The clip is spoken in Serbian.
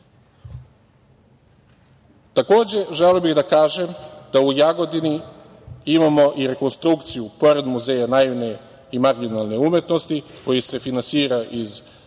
muzeja. Želeo bih da kažem da u Jagodini imamo i rekonstrukciju, pored Muzeja naivne i marginalne umetnosti, koji se finansira iz